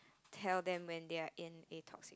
tell them when they are in A talks